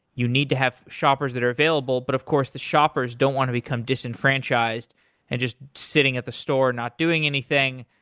you need to have shoppers that are available, but of course the shoppers don't want to become disenfranchised and just sitting at the store not doing anything,